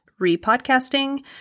repodcasting